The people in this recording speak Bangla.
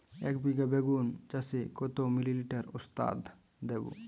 একবিঘা বেগুন চাষে কত মিলি লিটার ওস্তাদ দেবো?